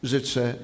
Życzę